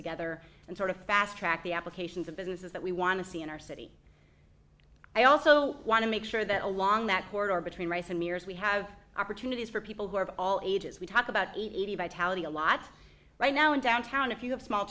together and sort of fast track the applications of businesses that we want to see in our city i also want to make sure that along that corridor between rice and mirrors we have opportunities for people who are of all ages we talk about eighty vitality a lot right now in downtown if you have small